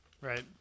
Right